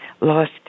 lost